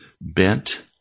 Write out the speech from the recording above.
bent